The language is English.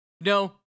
No